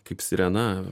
kaip sirena